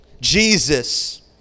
Jesus